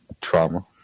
Trauma